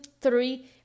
three